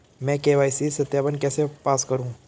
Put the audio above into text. मैं के.वाई.सी सत्यापन कैसे पास करूँ?